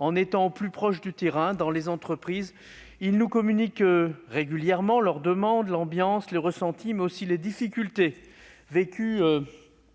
En étant au plus proche du terrain, dans les entreprises, ils nous communiquent régulièrement l'état des demandes, l'ambiance, les ressentis, mais aussi les difficultés vécues